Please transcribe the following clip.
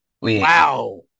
Wow